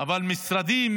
אבל משרדים